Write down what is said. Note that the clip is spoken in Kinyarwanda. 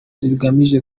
zigamije